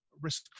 risk